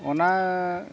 ᱚᱱᱟ